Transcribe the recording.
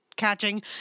catching